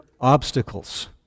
obstacles